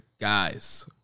guys